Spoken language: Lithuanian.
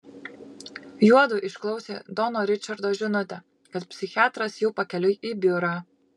juodu išklausė dono ričardo žinutę kad psichiatras jau pakeliui į biurą